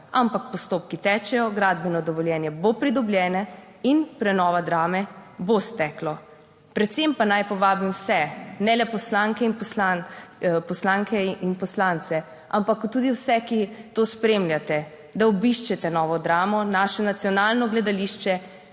ampak postopki tečejo, gradbeno dovoljenje bo pridobljeno in prenova Drame bo stekla. Predvsem pa naj povabim vse, ne le poslanke in poslanke, ampak tudi vse, ki to spremljate, da obiščete novo dramo, naše nacionalno gledališče.